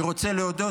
אני רוצה להודות,